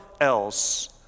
else